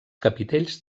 capitells